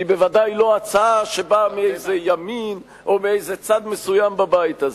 והיא בוודאי לא הצעה שבאה מאיזה ימין או מאיזה צד מסוים בבית הזה.